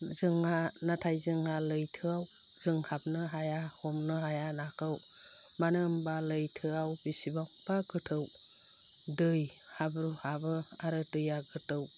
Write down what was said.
जोंहा जोंहा नाथाय लैथोआव जों हाबनो हाया हमनो हाया नाखौ मानो होमबा लैथोआव बिसिबांबा गोथौ दै हाब्रु हाबो आरो दैया गोथौ